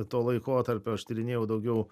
to laikotarpio aš tyrinėjau daugiau